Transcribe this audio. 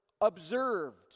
observed